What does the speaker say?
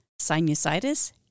sinusitis